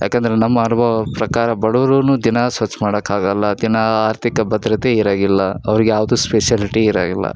ಏಕಂದ್ರೆ ನಮ್ಮ ಅನುಭವದ ಪ್ರಕಾರ ಬಡುವ್ರು ದಿನಾ ಸ್ವಚ್ಛ ಮಾಡೋಕ್ಕಾಗಲ್ಲ ದಿನಾ ಆರ್ಥಿಕ ಭದ್ರತೆ ಇರೋಂಗಿಲ್ಲ ಅವ್ರಿಗೆ ಯಾವುದೂ ಸ್ಪೆಷಲಿಟಿ ಇರೋಂಗಿಲ್ಲ